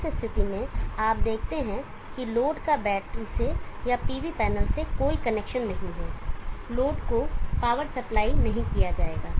इस स्थिति में आप देखते हैं कि लोड का बैटरी से या PV पैनल से कोई कनेक्शन नहीं है लोड को पावर सप्लाई नहीं किया जाएगा